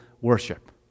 worship